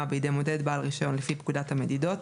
בידי מודד בעל רישיון לפי פקודת המדידות‏,